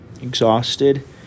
exhausted